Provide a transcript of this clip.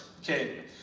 Okay